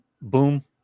boom